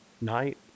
night